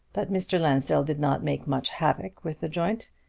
but mr. lansdell did not make much havoc with the joint.